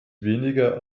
weniger